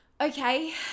Okay